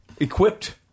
Equipped